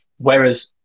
Whereas